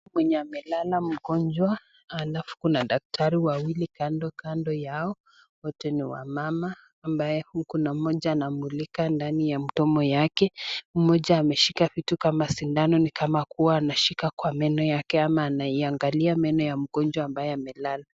Mwenye amelala mgonjwa alafu kuna daktari wawili kando kando yao wote ni wamama huku moja anamulika ndani ya mdomo yake, moja ameshika vitu kama sindano ni kama kuwa anashika kwa meno yake ama anaingalia meno ya mgonjwa ambaye amelala.